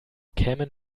kämen